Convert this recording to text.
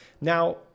Now